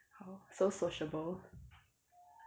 oh so sociable